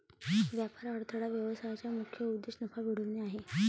व्यापार अडथळा व्यवसायाचा मुख्य उद्देश नफा मिळवणे आहे